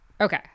Okay